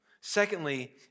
Secondly